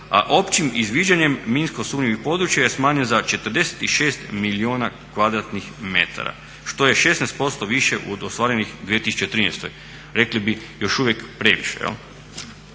općim izviđanjem minsko sumnjivih područja je smanjen za 46 milijuna kvadratnih metara, što je 16% više od ostvarenih u 2013. Rekli bi još uvijek previše